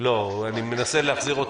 לא, אני מנסה להחזיר אותו.